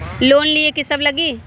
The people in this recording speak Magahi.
लोन लिए की सब लगी?